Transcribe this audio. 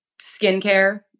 skincare